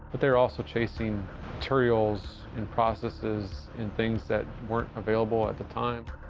but, they were also chasing materials and processes and things that weren't available at the time.